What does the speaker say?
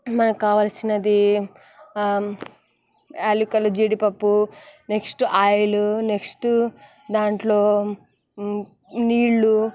మనకు కావలసినది యాలకులు జీడిపప్పు నెక్స్ట్ ఆయిల్ నెక్స్ట్ దాంట్లో